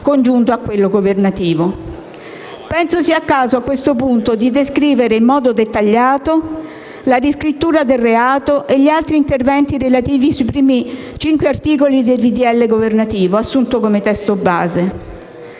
congiunto a quello governativo. Penso sia il caso, a questo punto, di descrivere in modo dettagliato la riscrittura del reato e gli altri interventi sui primi cinque articoli del disegno di legge governativo assunto come testo base.